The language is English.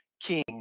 King